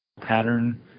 pattern –